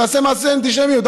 תעשה מעשה אנטישמיות,